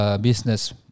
business